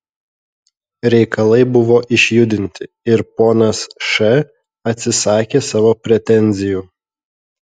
reikalai buvo išjudinti ir ponas š atsisakė savo pretenzijų